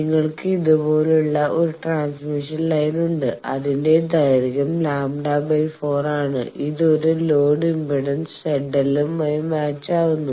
നിങ്ങൾക്ക് ഇതുപോലുള്ള ഒരു ട്രാൻസ്മിഷൻ ലൈൻ ഉണ്ട് അതിന്റെ ദൈർഘ്യം λ 4 ആണ് ഇത് ഒരു ലോഡ് ഇംപെഡൻസ് ZL മായി മാച്ച് ആവുന്നു